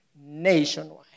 nationwide